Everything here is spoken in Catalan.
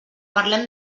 parlem